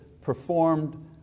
performed